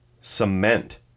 Cement